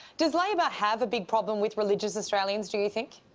does labor have a big problem with religious australians do you think?